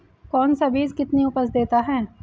कौन सा बीज कितनी उपज देता है?